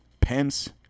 Pence